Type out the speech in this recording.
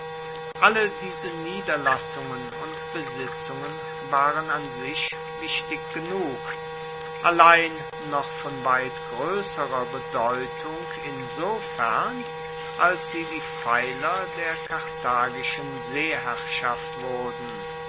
alle diese niederlassungen und besitzungen waren an sich wichtig genug allein noch von weit groesserer bedeutung insofern als sie die pfeiler der karthagischen seeherrschaft wurden